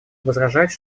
возражать